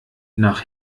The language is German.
nach